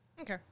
Okay